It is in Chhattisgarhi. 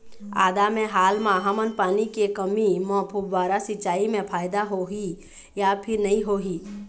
आदा मे हाल मा हमन पानी के कमी म फुब्बारा सिचाई मे फायदा होही या फिर नई होही?